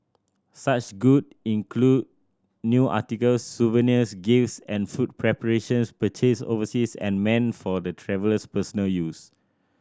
such good include new articles souvenirs gifts and food preparations purchased overseas and meant for the traveller's personal use